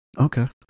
Okay